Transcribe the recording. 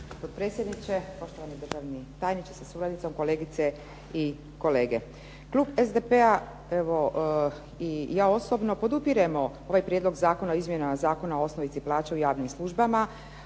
predsjedniče, poštovani državni tajniče sa suradnicom, kolegice i kolege. Klub SDP-a i ja osobno podupiremo ovaj Prijedlog zakona o izmjenama Zakona o osnovici plaće u javnim službama